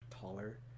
taller